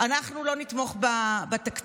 אנחנו לא נתמוך בתקציב.